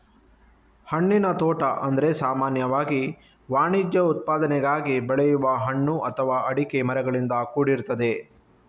ಹಣ್ಣಿನ ತೋಟ ಅಂದ್ರೆ ಸಾಮಾನ್ಯವಾಗಿ ವಾಣಿಜ್ಯ ಉತ್ಪಾದನೆಗಾಗಿ ಬೆಳೆಯುವ ಹಣ್ಣು ಅಥವಾ ಅಡಿಕೆ ಮರಗಳಿಂದ ಕೂಡಿರ್ತದೆ